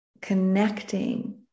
connecting